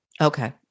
Okay